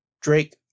Drake